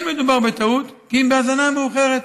לא מדובר בטעות כי אם בהזנה מאוחרת,